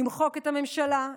למחוק את הממשלה,